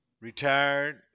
retired